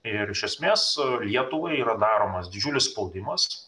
ir iš esmės lietuvai yra daromas didžiulis spaudimas